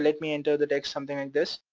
like me enter the text, something like this.